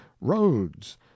roads